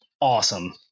awesome